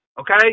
okay